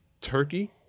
Turkey